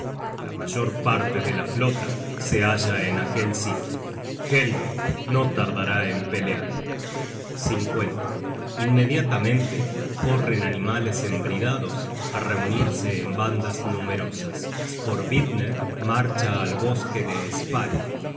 la mayor parte de la flota se halla en aquel sitio helge no tardará en pelear inmediatamente corren animales embridados á reunirse en bandas numerosas sporvitner marcha al bosque de sparin